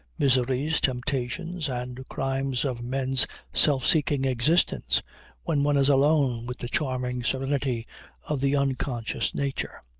miseries, temptations and crimes of men's self-seeking existence when one is alone with the charming serenity of the unconscious nature.